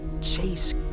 chase